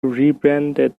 rebranded